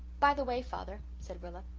by the way, father, said rilla,